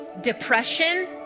depression